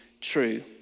true